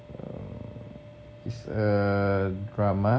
err it's a drama